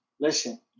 Listen